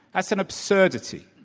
that's an absurdity.